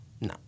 No